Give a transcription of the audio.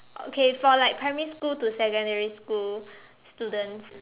okay for like primary school to secondary school students